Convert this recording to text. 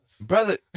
Brother